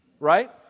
right